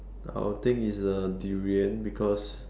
I will think is a durian because